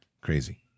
Crazy